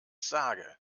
sage